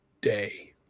day